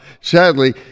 Sadly